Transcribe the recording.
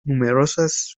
numerosas